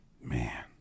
man